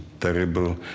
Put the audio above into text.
terrible